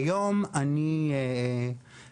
כיום אני משתתף